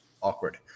awkward